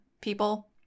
people